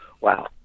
wow